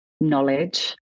knowledge